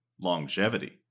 longevity